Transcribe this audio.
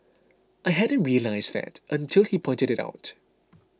I hadn't realised that until he pointed it out